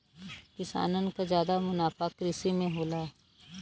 किसानन क जादा मुनाफा कृषि में होला